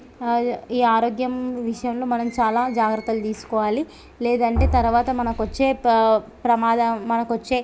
ఈ ఆరోగ్యం విషయంలో మనం చాలా జాగ్రత్తలు తీసుకోవాలి లేదంటే తర్వాత మనకొచ్చే ప ప్రమాదం మనకొచ్చే